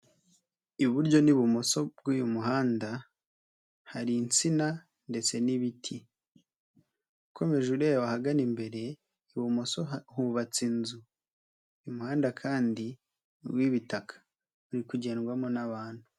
Iburyo n'ibumoso bw'uyu muhanda, hari insina ndetse n'ibiti. Ukokomeje ureba ahagana imbere, ibumoso hubatse inzu. Uyu muhanda kandi ni uw'ibitaka. Uri kugendwamo n'abantu.